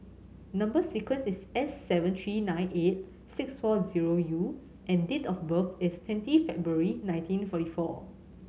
number sequence is S seven three nine eight six four zero U and date of birth is twenty February nineteen forty four